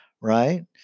right